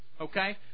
Okay